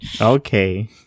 Okay